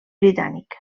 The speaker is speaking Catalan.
britànic